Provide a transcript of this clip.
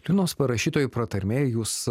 linos parašytoj pratarmėj jūs